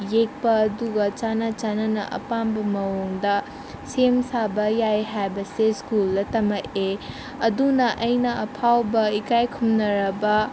ꯌꯦꯛꯄ ꯑꯗꯨꯒ ꯆꯥꯟꯅ ꯆꯥꯟꯅꯅ ꯑꯄꯥꯝꯕ ꯃꯑꯣꯡꯗ ꯁꯦꯝ ꯁꯥꯕ ꯌꯥꯏ ꯍꯥꯏꯕꯁꯦ ꯁ꯭ꯀꯨꯜꯗ ꯇꯝꯃꯛꯑꯦ ꯑꯗꯨꯅ ꯑꯩꯅ ꯑꯐꯥꯎꯕ ꯏꯀꯥꯏ ꯈꯨꯝꯅꯔꯕ